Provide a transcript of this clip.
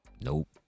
Nope